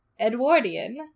edwardian